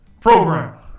program